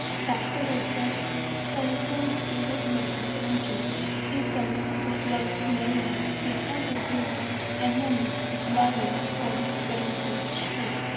doctor Oetker Funfoods peanut butter crunchy ਇਸ ਸਮੇਂ ਉਪਲਬਧ ਨਹੀਂ ਹੈ ਕ੍ਰਿਪਾ ਕਰਕੇ ਇਹਨਾਂ ਨੂੰ ਬਾਅਦ ਵਿੱਚ ਆਰਡਰ ਕਰਨ ਦੀ ਕੋਸ਼ਿਸ਼ ਕਰੋ